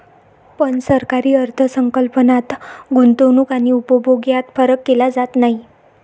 पण सरकारी अर्थ संकल्पात गुंतवणूक आणि उपभोग यात फरक केला जात नाही